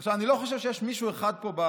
עכשיו, אני לא חושב שיש פה מישהו אחד במשכן